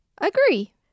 Agree